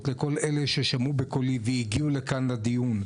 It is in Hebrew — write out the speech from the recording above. לכל אלה ששמעו בקולי והגיעו לכאן לדיון,